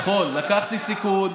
נכון, לקחתי סיכון.